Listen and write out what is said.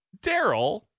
Daryl